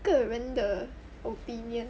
个人的 opinion